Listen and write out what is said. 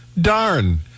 darn